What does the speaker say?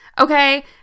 Okay